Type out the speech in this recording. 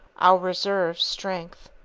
our reserve strength.